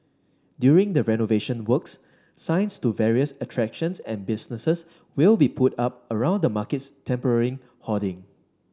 during the renovation works signs to various attractions and businesses will be put up around the market's temporary hoarding